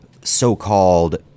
so-called